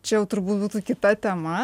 čia jau turbūt būtų kita tema